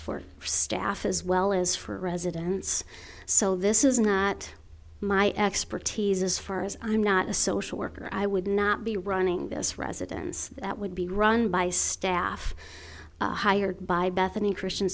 for staff as well as for residents so this is not my expertise as far as i'm not a social worker i would not be running this residence that would be run by staff hired by bethany christian